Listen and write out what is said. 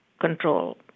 control